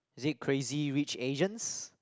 is it Crazy-Rich-Asians